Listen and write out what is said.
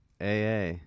aa